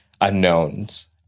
unknowns